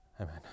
Amen